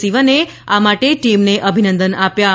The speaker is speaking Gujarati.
શિવને આ માટે ટીમને અભિનંદન આપ્યા હતા